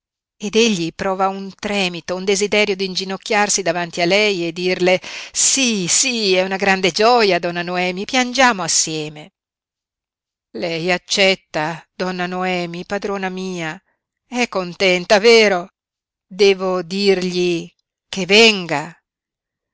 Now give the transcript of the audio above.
egli prova un tremito un desiderio d'inginocchiarsi davanti a lei e dirle sí sí è una grande gioia donna noemi piangiamo assieme lei accetta donna noemi padrona mia è contenta vero devo dirgli che venga